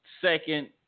second